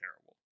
terrible